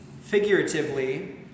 figuratively